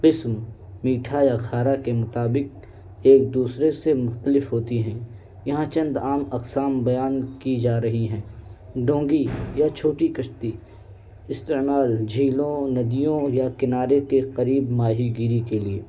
قسم میٹھا یا کھارا کے مطابق ایک دوسرے سے مختلف ہوتی ہیں یہاں چند عام اقسام بیان کی جا رہی ہیں ڈونگی یا چھوٹی کشتی استعمال جھیلوں ندیوں یا کنارے کے قریب ماہی گیری کے لیے